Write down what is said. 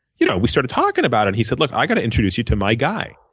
you know, we started talking about it. he said, look, i gotta introduce you to my guy.